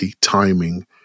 timing